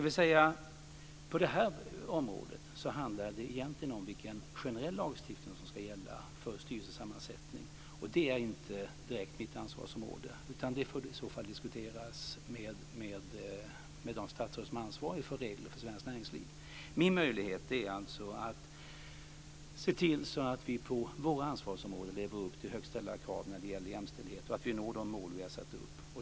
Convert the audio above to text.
På det här området handlar det egentligen om vilken generell lagstiftning som ska gälla för styrelsens sammansättning. Det är inte mitt ansvarsområde. Det får i så fall diskuteras med de statsråd som är ansvariga för regler för svenskt näringsliv. Min möjlighet är att se till att vi på våra ansvarsområden lever upp till högt ställda krav när det gäller jämställdhet och att vi når de mål vi har ställt upp.